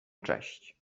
cześć